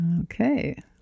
Okay